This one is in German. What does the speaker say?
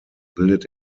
bildet